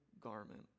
garment